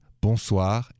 bonsoir